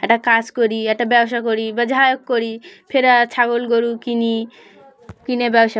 একটা কাজ করি একটা ব্যবসা করি বা যা হোক করি ফেরা ছাগল গরু কিনি কিনে ব্যবসা